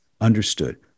understood